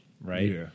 right